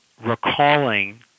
recalling